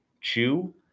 chew